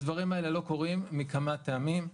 הדברים האלה לא קורים מכמה טעמים,